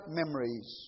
memories